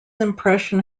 impression